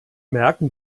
merken